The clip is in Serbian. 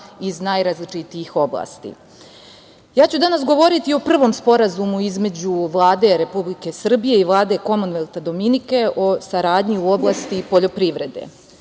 iz najrazličitijih oblasti. Ja ću danas govoriti o prvom Sporazumu između Vlade Republike Srbije i Vlade Komonvelta Dominike u oblasti poljoprivrede.